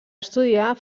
estudiar